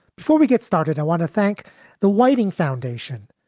before we get started, i want to thank the whiting foundation,